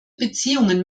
beziehungen